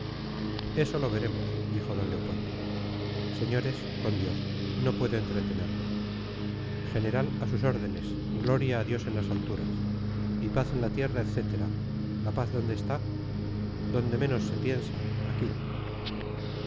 eso lo veremos dijo d leopoldo señores con dios no puedo entretenerme general a sus órdenes gloria a dios en las alturas y paz en la tierra etcétera la paz dónde está donde menos se piensa aquí